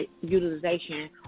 utilization